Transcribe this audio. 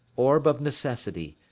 orb necessity,